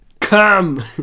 Come